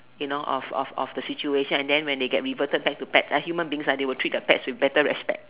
you know of of of the situation and then when they get reverted back to pets uh human beings ah they will treated pets with better respect